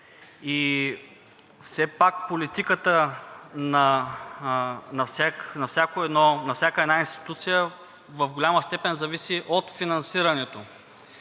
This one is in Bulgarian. Все пак политиката на всяка една институция в голяма степен зависи от финансирането.